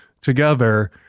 together